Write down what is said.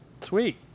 Sweet